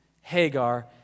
Hagar